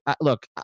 look